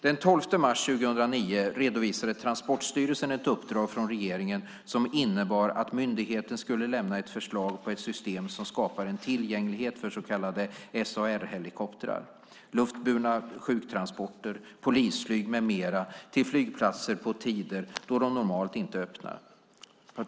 Den 12 mars 2009 redovisade Transportstyrelsen ett uppdrag från regeringen som innebar att myndigheten skulle lämna ett förslag på ett system som skapar en tillgänglighet för så kallade SAR-helikoptrar, luftburna sjuktransporter, polisflyg med mera, till flygplatser på tider då de normalt inte är öppna.